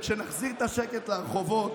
וכשנחזיר את השקט לרחובות,